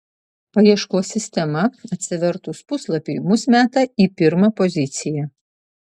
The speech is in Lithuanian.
paieškos sistema atsivertus puslapiui mus meta į pirmą poziciją